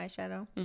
eyeshadow